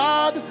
God